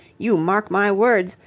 you mark my words,